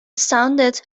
sounded